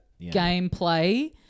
gameplay